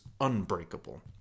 unbreakable